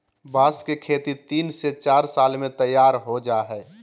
बांस की खेती तीन से चार साल में तैयार हो जाय हइ